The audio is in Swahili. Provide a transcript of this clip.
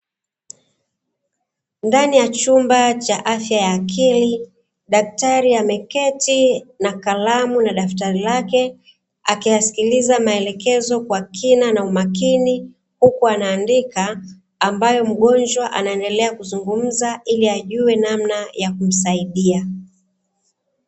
Ndani ya chumba cha afya ya akili, daktari ameketi na kalamu na daftari lake akisikiliza maelekezo kwa kina na umakini uku anaandika ambayo mgonjwa anaendelea kuzungumza ili ajuwe namna ya kumsaidia.